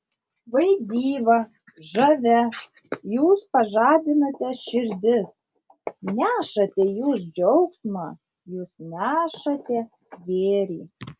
vaidyba žavia jūs pažadinate širdis nešate jūs džiaugsmą jūs nešate gėrį